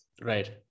Right